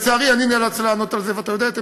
לצערי, אני נאלץ לענות על זה, ואתה יודע את עמדתי,